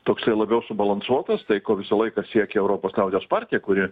toksai labiau subalansuotas tai ko visą laiką siekė europos liaudies partija kuri